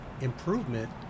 improvement